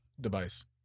device